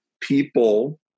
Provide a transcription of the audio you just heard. people